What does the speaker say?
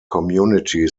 community